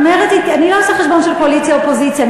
אני לא עושה חשבון של קואליציה אופוזיציה,